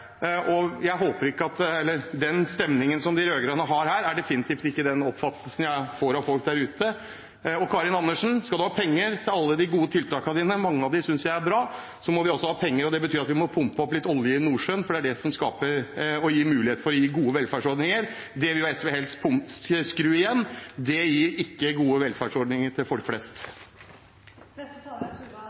sagt: Jeg er veldig glad for det som ligger der, og den stemningen som de rød-grønne har her, er definitivt ikke den jeg oppfatter hos folk der ute. Og hvis representanten Karin Andersen skal ha penger til alle de gode tiltakene sine – mange av dem synes jeg er bra – må vi også få inn penger. Det betyr at vi må pumpe opp litt olje i Nordsjøen, for det er det som skaper mulighet for å gi gode velferdsordninger. SV vil helst skru igjen, og det gir ikke gode velferdsordninger til folk flest. Representanten Tuva